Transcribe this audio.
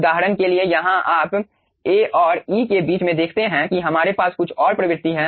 उदाहरण के लिए यहाँ आप A और E के बीच में देखते हैं कि हमारे पास कुछ और प्रवृत्ति हैं